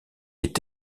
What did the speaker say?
est